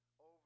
over